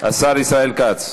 השר ישראל כץ,